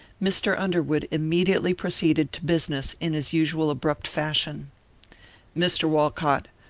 mr. underwood immediately proceeded to business in his usual abrupt fashion mr. walcott,